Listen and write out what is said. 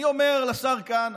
אני אומר לשר כהנא: